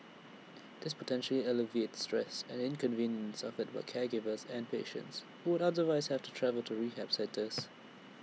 this potentially alleviates stress and inconvenience suffered by caregivers and patients who would otherwise have to travel to rehab centres